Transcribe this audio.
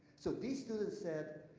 so these students said,